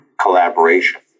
collaboration